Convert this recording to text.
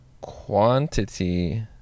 quantity